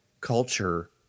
culture